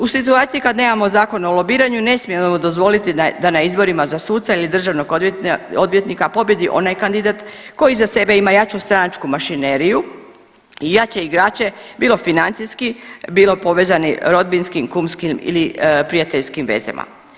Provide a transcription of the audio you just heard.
U situaciji kad nemamo Zakon o lobiranju ne smijemo dozvoliti da na izborima za suca ili državnog odvjetnika pobijedi onaj kandidat koji iza sebe ima jaču stranačku mašineriju i jače igrače bilo financijski, bilo povezani rodbinskim, kumskim ili prijateljskim vezama.